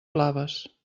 blaves